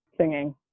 singing